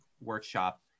workshop